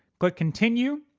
click continue,